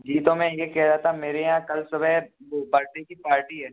जी तो मैं ये कह रहा था मेरे यहाँ कल सुबह वो बरडे की पार्टी है